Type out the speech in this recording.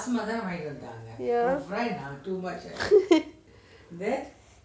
ya